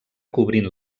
cobrint